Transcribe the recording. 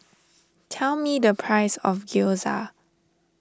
tell me the price of Gyoza